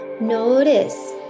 Notice